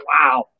wow